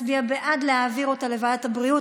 מצביע בעד להעביר אותה לוועדת הבריאות.